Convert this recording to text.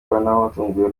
bagahindura